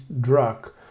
drug